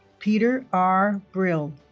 peter r. brill